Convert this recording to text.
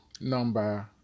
number